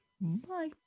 Bye